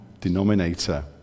denominator